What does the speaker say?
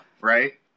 right